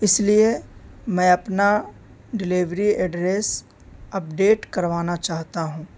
اس لیے میں اپنا ڈیلیوری ایڈریس اپڈیٹ کروانا چاہتا ہوں